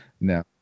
No